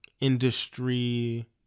industry